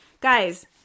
Guys